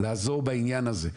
לעזור בעניין הזה.